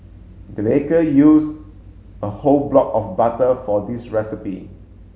the baker use a whole block of butter for this recipe